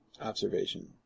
observation